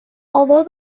although